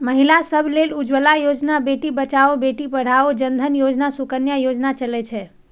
महिला सभ लेल उज्ज्वला योजना, बेटी बचाओ बेटी पढ़ाओ, जन धन योजना, सुकन्या योजना चलै छै